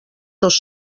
dos